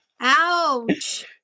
Ouch